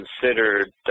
considered